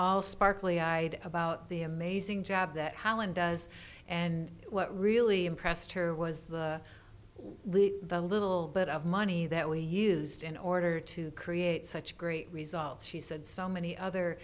all sparkly i had about the amazing job that holland does and what really impressed her was the least a little bit of money that we used in order to create such great results she said so many other